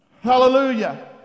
Hallelujah